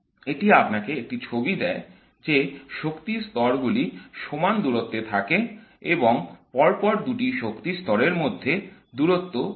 এটি আপনাকে একটি ছবি দেয় যে শক্তির স্তর গুলি সমান দূরত্বে থাকে এবং পরপর দুটি শক্তির স্তরের মধ্যে দূরত্ব ঠিক